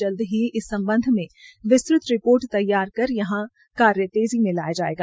जल्द ही इस सम्बध के विस्तृत रिपोर्टतैयार कर यहां कार्य मे तेज़ी लाई जायेगी